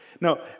No